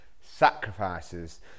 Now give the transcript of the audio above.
sacrifices